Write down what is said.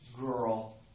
girl